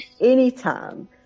anytime